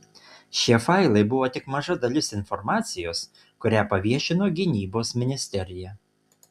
šie failai buvo tik maža dalis informacijos kurią paviešino gynybos ministerija